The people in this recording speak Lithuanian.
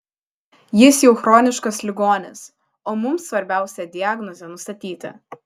jis jau chroniškas ligonis o mums svarbiausia diagnozę nustatyti